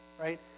right